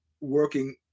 working